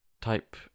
type